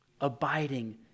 abiding